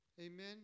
Amen